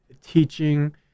teaching